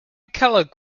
kellogg